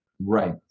Right